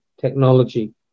technology